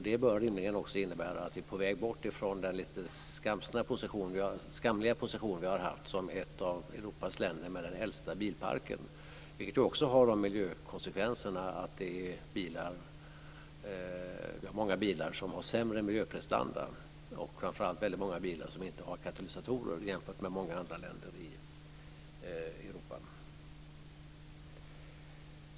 Det bör rimligen också innebära att vi är på väg bort från den lite skamliga position som vi har haft som ett av de länder i Europa som har den äldsta bilparken, vilket också har den miljökonsekvensen att vi har många bilar som har sämre miljöprestanda och framför allt väldigt många bilar som inte har katalysatorer jämfört med vad som är fallet i många andra länder i Europa.